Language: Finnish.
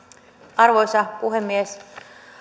arvoisa puhemies